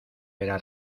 verá